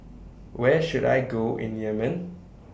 Where should I Go in Yemen